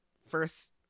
first